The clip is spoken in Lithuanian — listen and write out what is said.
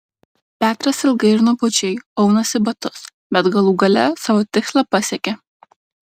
petras ilgai ir nuobodžiai aunasi batus bet galų gale savo tikslą pasiekia